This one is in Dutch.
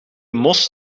mos